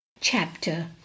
chapter